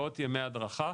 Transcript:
מאות ימי הדרכה.